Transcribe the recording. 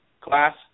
Class